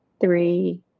three